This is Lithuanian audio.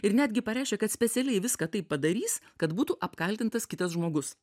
ir netgi pareiškė kad specialiai viską taip padarys kad būtų apkaltintas kitas žmogus